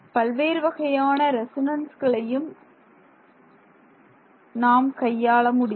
பல்வேறு வகையான ரெசொனன்ஸ்களையும் இதன் மூலம் நாம் கையாள முடியும்